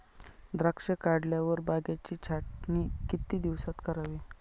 द्राक्षे काढल्यावर बागेची छाटणी किती दिवसात करावी?